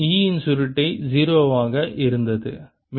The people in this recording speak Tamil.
மேலும் E இன் சுருட்டை 0 ஆக இருந்தது